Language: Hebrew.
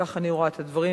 כך אני רואה את הדברים.